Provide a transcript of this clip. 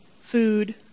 food